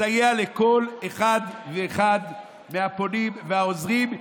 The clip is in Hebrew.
יסייע לכל אחד ואחד מהפונים והעוזרים,